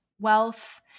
wealth